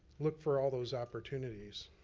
look for all those opportunities.